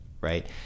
right